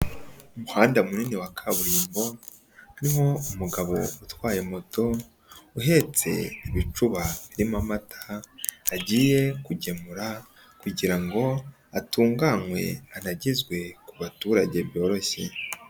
Umuhanda munini wa kaburimbo, uriho umugabo utwaye moto, uhetse ibicuba birimo amata agiye kugemura kugira ngo atunganywe anagezwe ku baturage byoroshye.